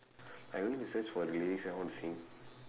I only research for lyrics that I want to sing